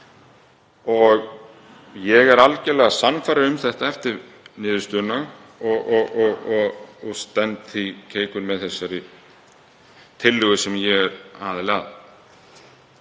Ég er algerlega sannfærður um þetta eftir niðurstöðuna og stend því keikur með þessari tillögu sem ég er aðili að.